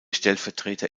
stellvertreter